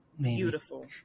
Beautiful